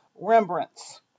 Rembrandts